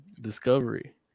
Discovery